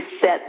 set